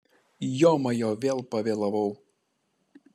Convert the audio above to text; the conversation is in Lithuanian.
jomajo vėl pavėlavau